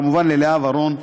וכמובן ללאה ורון,